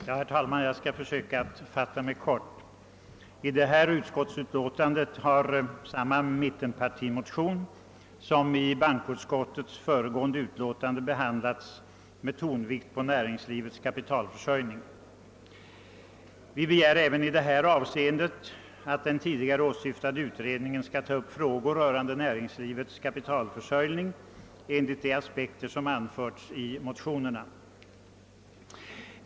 Herr talman! Jag skall försöka fatta mig kort. Till grund för detta utlåtande ligger samma mittenpartimotion som i bankoutskottets föregående utlåtande behandlats med tonvikt på näringslivets kapitalförsörjning. Vi begär även i här förevarande avseende att den tidigare åsyftade utredningen skall ta upp frågor rörande = näringslivets kapitalförsörjning ur de aspekter, som anförts i motionerna.